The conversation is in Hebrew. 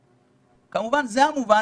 זה המובן מאליו.